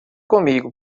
comigo